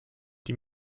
die